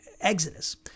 Exodus